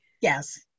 Yes